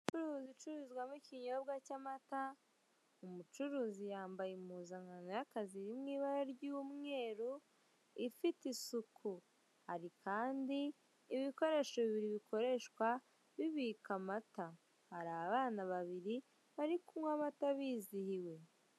Ubucuruzi icuruzwamo ikinyobwa cy'amata, umucuruzi yambaye impuzankano y'akazi iri mu ibara ry'umweru, ifite isuku. Hari kandi ibikoresho bibiri bikoreshwa bibika amata, hari abana babiri bari kunywa batabizihiwe.